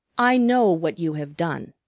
i know what you have done,